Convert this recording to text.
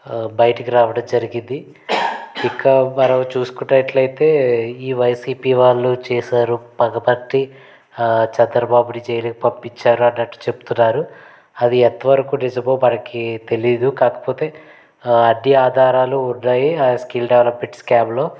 బయటకి రావడం జరిగింది ఇంకా మనం చూసుకున్నట్లయితే ఈ వైసీపీ వాళ్ళు చేశారు పగబట్టి చంద్రబాబుని జైలుకు పంపించారు అన్నట్టు చెప్తున్నారు అది ఎంతవరకు నిజమో మనకు తెలియదు కాకపోతే అన్ని ఆధారాలు ఉన్నాయి ఆ స్కిల్ డెవలప్మెంట్ స్కామ్లో